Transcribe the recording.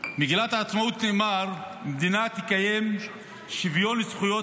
העצמאות נאמר: המדינה תקיים שוויון זכויות